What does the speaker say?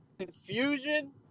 confusion